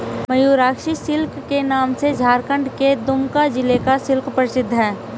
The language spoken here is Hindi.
मयूराक्षी सिल्क के नाम से झारखण्ड के दुमका जिला का सिल्क प्रसिद्ध है